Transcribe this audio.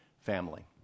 family